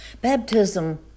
Baptism